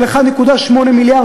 מין,